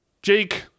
Jake